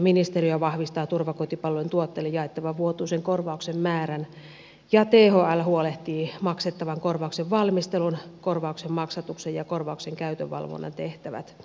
ministeriö vahvistaa turvakotipalvelujen tuottajille jaettavan vuotuisen korvauksen määrän ja thl huolehtii maksettavan korvauksen valmistelun korvauksen maksatuksen ja korvauksen käytön valvonnan tehtävät